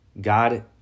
God